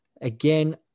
Again